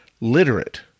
literate